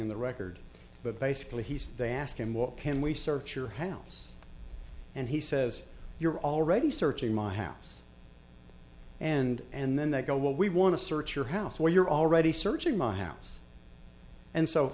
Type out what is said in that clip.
on the record but basically he's they ask him what can we search your house and he says you're already searching my house and and then they go well we want to search your house or you're already searching my house and so